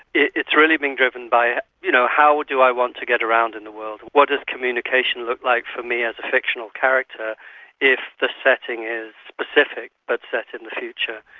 it's really being driven by you know how do i want to get around in the world and what does communication look like for me as a fictional character if the setting is specific but set in the future.